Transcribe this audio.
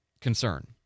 concern